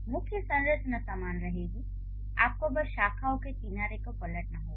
मुख्य संरचना समान रहेगी आपको बस शाखाओं के किनारे को पलटना होगा